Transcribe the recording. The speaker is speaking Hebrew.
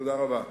תודה רבה.